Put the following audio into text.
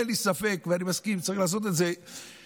אין לי ספק ואני מסכים שצריך לעשות את זה מאוחדים,